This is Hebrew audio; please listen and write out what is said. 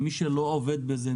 מי שלא עובד בזה,